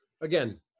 Again